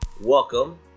welcome